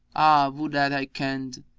would that i kenned!